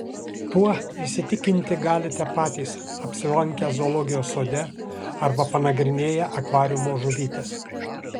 tuo įsitikinti galite patys apsilankę zoologijos sode arba panagrinėję akvariumo žuvytes